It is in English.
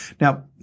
Now